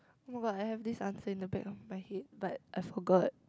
[oh]-my-god I have this answer in the back of my head but I forgot